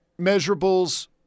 measurables